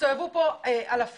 הסתובבו פה אלפים,